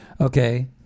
Okay